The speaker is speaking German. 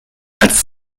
als